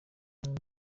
pierre